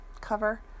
cover